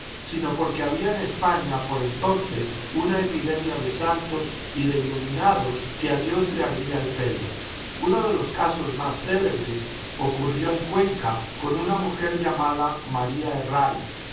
sino porque había en españa por entonces una epidemia de santos y de iluminados que a dios le ardía el pelo uno de los casos más célebres ocurrió en cuenca con una mujer llamada maría